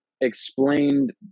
explained